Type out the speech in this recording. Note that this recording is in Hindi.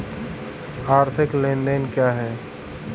आर्थिक लेनदेन क्या है?